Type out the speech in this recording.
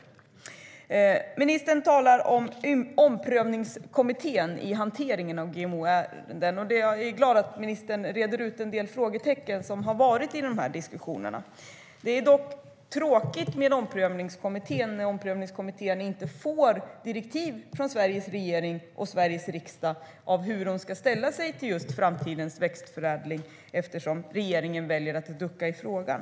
Ministern talar om omprövningskommittén när det gäller hanteringen av GMO-ärenden. Jag är glad att ministern reder ut en del frågetecken som har funnits i dessa diskussioner. Det är dock tråkigt att omprövningskommittén inte får direktiv från Sveriges regering och Sveriges riksdag om hur man ska ställa sig till framtidens växtförädling eftersom regeringen väljer att ducka i frågan.